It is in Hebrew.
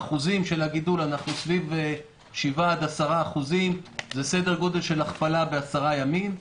באחוזי הגידול אנחנו סביב 7% 10%. זה סדר גודל של הכפלה בעשרה הימים.